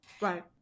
right